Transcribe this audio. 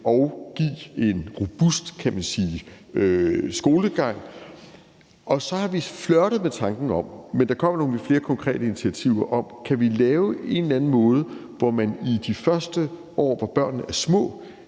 og give en robust skolegang, og så har vi flirtet med tanken om – og der kommer nogle flere konkrete initiativer – om vi kan gøre det på en eller anden måde, så man i de første år, hvor børnene er små,